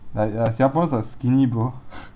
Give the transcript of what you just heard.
like uh singaporeans are skinny bro